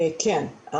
כן.